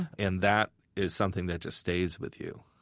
and that is something that just stays with you,